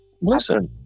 listen